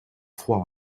froid